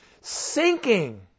Sinking